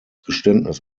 geständnis